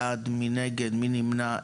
הצבעה סעיף 11 אושר.